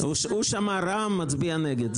הוא שמע רע"מ מצביע נגד.